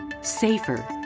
safer